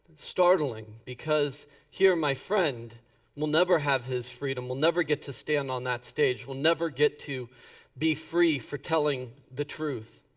startling because here my friend will never have his freedom, will never get to stand on that stage, will never get to be free for telling the truth.